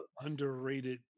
underrated